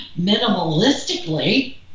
minimalistically